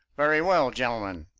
very well, gentlemen,